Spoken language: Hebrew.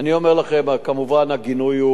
כמובן הגינוי הוא מפה לפה,